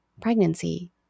pregnancy